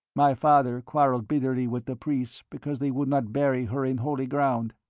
my father quarrelled bitterly with the priests because they would not bury her in holy ground.